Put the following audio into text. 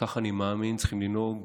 וכך אני מאמין שצריכים לנהוג